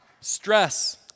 stress